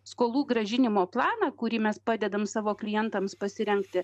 skolų grąžinimo planą kurį mes padedam savo klientams pasirengti